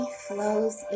flows